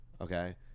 Okay